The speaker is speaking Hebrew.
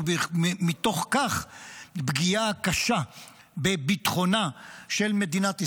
ומתוך כך פגיעה קשה בביטחונה של מדינת ישראל,